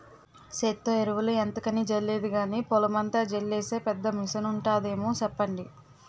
సేత్తో ఎరువులు ఎంతకని జల్లేది గానీ, పొలమంతా జల్లీసే పెద్ద మిసనుంటాదేమో సెప్పండి?